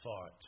thought